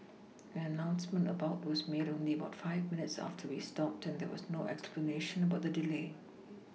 an announcement about was made only about five minutes after we stopped and there was no explanation about the delay